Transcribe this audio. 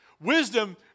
Wisdom